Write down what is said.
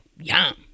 Yum